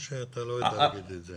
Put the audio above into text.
או שאתה לא יודע להגיד את זה?